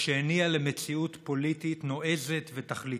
שהניע למציאות פוליטית נועזת ותכליתית,